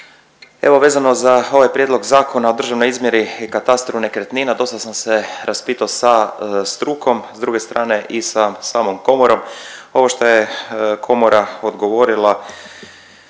Evo vezano za ovaj Prijedlog Zakona o državnoj izmjeri i katastru nekretnina dosta sam se raspitao sa strukom s drugom stranom i sa samom komorom, ovo što je komora odgovorila